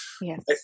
yes